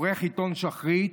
עורך עיתון שחרית,